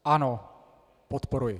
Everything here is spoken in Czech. Ano, podporuji.